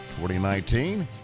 2019